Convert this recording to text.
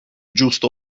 giusto